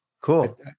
cool